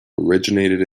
originated